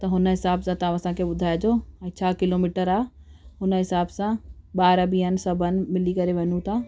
त हुन हिसाब सां तव्हां असांखे ॿुधाइजो ऐं छा किलोमीटर आहे हुन हिसाब सां ॿार बि आहिनि सभु आहिनि मिली करे वञूं था